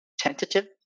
tentative